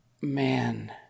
man